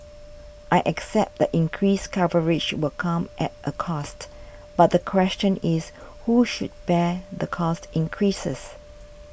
I accept that increased coverage will come at a cost but the question is who should bear the cost increases